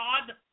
God